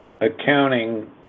accounting